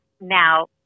Now